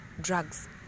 drugs